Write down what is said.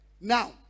Now